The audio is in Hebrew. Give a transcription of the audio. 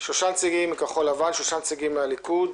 שלושה נציגים מכחול לבן, שלושה נציגים מהליכוד,